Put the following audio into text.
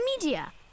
media